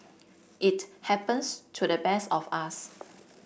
it happens to the best of us